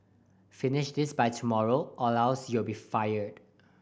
finish this by tomorrow or else you'll be fired